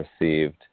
received